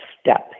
step